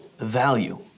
value